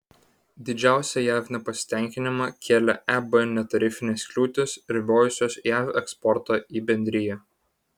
didžiausią jav nepasitenkinimą kėlė eb netarifinės kliūtys ribojusios jav eksportą į bendriją